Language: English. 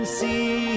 see